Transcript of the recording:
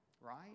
right